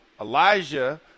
Elijah